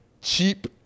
cheap